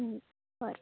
बरें